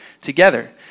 together